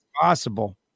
Possible